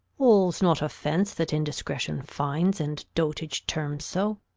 all's not offence that indiscretion finds and dotage terms so.